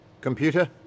Computer